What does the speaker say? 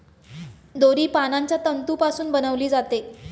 दोरी पानांच्या तंतूपासून बनविली जाते